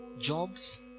jobs